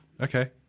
okay